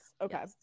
Okay